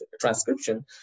transcription